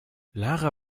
lara